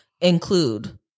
include